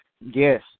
Yes